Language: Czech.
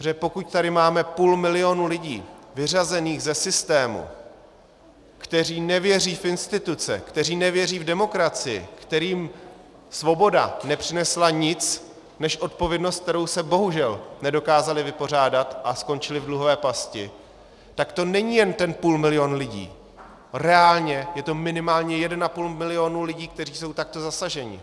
Protože pokud tady máme půl milionu lidí vyřazených ze systému, kteří nevěří v instituce, kteří nevěří v demokracii, kterým svoboda nepřinesla nic než odpovědnost, se kterou se bohužel nedokázali vypořádat, a skončili v dluhové pasti, tak to není jen ten půlmilion lidí, reálně je to minimálně 1,5 milionu lidí, kteří jsou takto zasaženi.